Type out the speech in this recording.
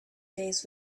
days